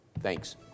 Thanks